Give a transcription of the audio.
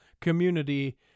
community